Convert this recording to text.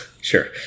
Sure